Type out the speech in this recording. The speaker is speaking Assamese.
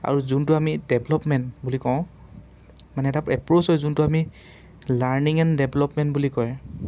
আৰু যোনটো আমি ডেভলপমেণ্ট বুলি কওঁ মানে এটা এপ্ৰ'চ হয় যোনটো আমি লাৰ্ণিং এণ্ড ডেভলপমেণ্ট বুলি কয়